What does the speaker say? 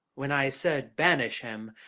when i said banish him,